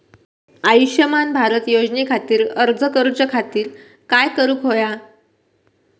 आयुष्यमान भारत योजने खातिर अर्ज करूच्या खातिर काय करुक होया?